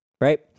right